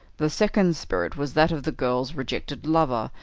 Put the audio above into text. the second spirit was that of the girl's rejected lover,